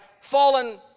fallen